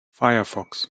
firefox